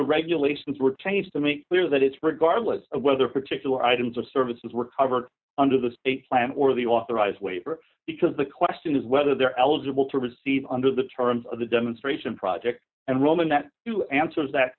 regulations were changed to make clear that it's regardless of whether particular items of services were covered under the state plan or the authorized waiver because the question is whether they're eligible to receive under the terms of the demonstration project and roman that to answers that